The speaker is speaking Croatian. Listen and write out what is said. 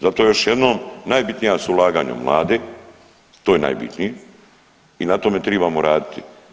Zato još jednom najbitnija su ulaganja u mlade, to je najbitnije i na tome tribamo raditi.